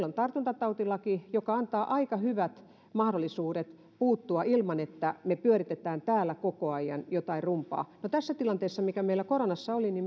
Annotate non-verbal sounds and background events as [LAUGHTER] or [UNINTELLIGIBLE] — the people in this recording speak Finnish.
[UNINTELLIGIBLE] on tartuntatautilaki joka antaa aika hyvät mahdollisuudet puuttua ilman että me pyöritämme täällä koko ajan jotain rumbaa no tässä tilanteessa mikä meillä koronassa oli